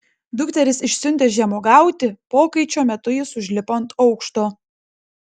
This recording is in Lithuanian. dukteris išsiuntęs žemuogiauti pokaičio metu jis užlipo ant aukšto